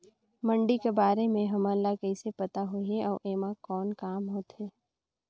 मंडी कर बारे म हमन ला कइसे पता होही अउ एमा कौन काम होथे?